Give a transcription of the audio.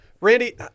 Randy